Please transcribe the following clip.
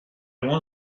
loin